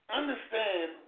understand